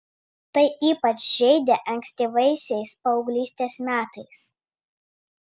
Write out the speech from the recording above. tai ypač žeidė ankstyvaisiais paauglystės metais